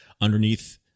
underneath